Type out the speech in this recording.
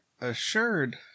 assured